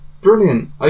brilliant